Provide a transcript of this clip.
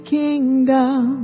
kingdom